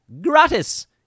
gratis